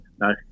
No